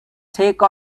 take